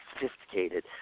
sophisticated